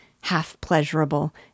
half-pleasurable